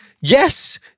Yes